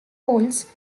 olds